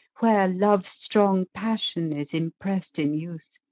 where love's strong passion is impress'd in youth.